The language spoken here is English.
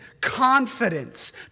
confidence